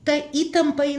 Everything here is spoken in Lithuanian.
ta įtampa